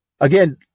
again